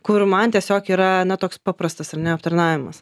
kur man tiesiog yra na toks paprastas ar ne aptarnavimas